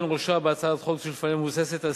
אבן ראשה בהצעת החוק שלפנינו מבוססת על